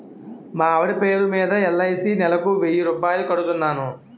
మా ఆవిడ పేరు మీద ఎల్.ఐ.సి నెలకు వెయ్యి రూపాయలు కడుతున్నాను